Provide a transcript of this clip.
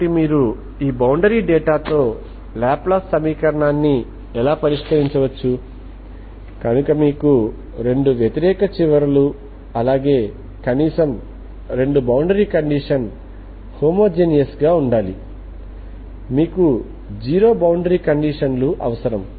కాబట్టి మీరు ఈ బౌండరీ డేటాతో లాప్లాస్ సమీకరణాన్ని ఎలా పరిష్కరించవచ్చు కనుక మీకు రెండు వ్యతిరేక చివరలు అలాగే కనీసం రెండు బౌండరీ కండిషన్ హోమోజెనీయస్ గా ఉండాలి మీకు జీరో బౌండరీ కండిషన్ లు అవసరం